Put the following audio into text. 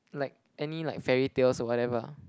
like any like fairy tales whatever